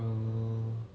um